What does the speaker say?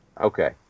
Okay